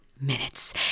minutes